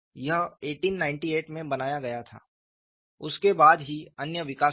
यह 1898 में बनाया गया था उसके बाद ही अन्य विकास हुए